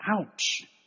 ouch